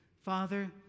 Father